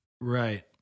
Right